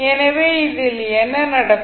எனவே இதில் என்ன நடக்கும்